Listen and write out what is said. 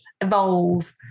evolve